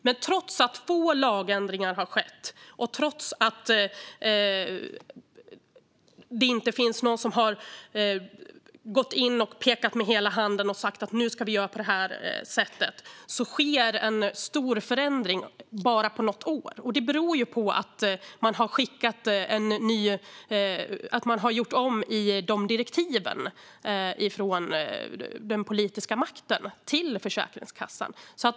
Men trots att få lagändringar har skett, och trots att det inte finns någon som har gått in, pekat med hela handen och sagt att nu ska vi göra på det här sättet, har det skett en stor förändring bara på något år. Det beror på att den politiska makten har gjort om direktiven till Försäkringskassan.